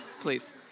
Please